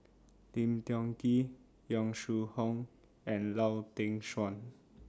Lim Tiong Ghee Yong Shu Hoong and Lau Teng Chuan